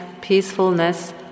peacefulness